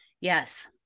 Yes